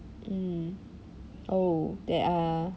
mm oh there are